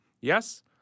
Yes